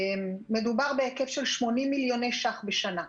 מדובר על כ-80 מיליון ₪ בשנה.